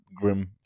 grim